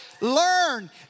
Learn